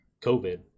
COVID